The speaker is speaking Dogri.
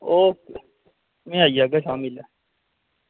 ओह् में आई जाह्गा शामीं लै